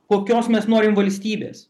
kokios mes norim valstybės